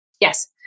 Yes